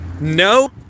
No